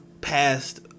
past